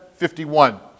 51